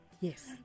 Yes